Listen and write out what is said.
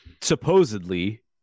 supposedly